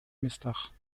местах